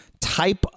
type